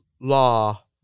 law